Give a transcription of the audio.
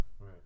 Right